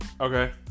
Okay